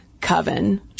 Coven